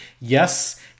Yes